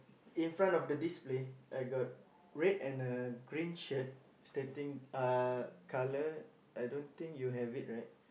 in front of the display I got red and a green shirt stating colour I don't think you have it right